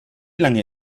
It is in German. lange